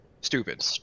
Stupid